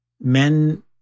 men